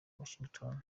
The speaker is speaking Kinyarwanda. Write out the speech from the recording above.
washington